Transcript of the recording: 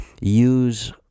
use